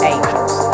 Angels